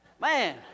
Man